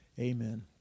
Amen